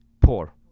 poor